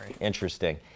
Interesting